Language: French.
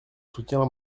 soutenir